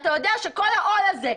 אתה יודע שכל העול הזה,